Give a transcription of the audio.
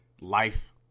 life